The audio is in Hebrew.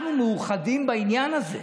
אנחנו מאוחדים בעניין הזה.